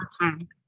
time